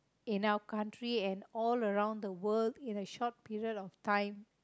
in our country and all around the world in a short period of time